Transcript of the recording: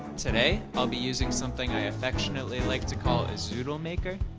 today i'll be using something i affectionately like to call a zoodle maker.